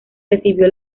recibió